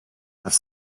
have